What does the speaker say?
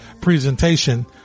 presentation